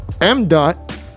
M.Dot